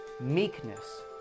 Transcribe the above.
meekness